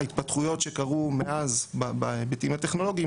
ההתפתחויות שקרו מאז בהיבטים הטכנולוגיים,